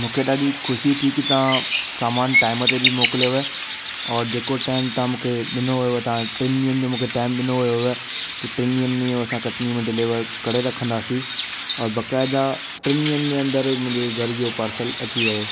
मूंखे ॾाढी ख़ुशी थी कि तव्हां सामान टाइम ते बि मोकिलियोव और जेको टाइम तव्हां मूंखे ॾिनो हुयव ता टिनि ॾींहंनि जो मूंखे टाइम ॾिनो हुयव कि टिनि ॾींहंनि में इहो असां कटनीअ में डिलीवर करे रखंदासीं और बाक़ाइदा टिनि ॾींहंनि जे अंदरि मुंहिंजे घर जो पार्सल अची वियो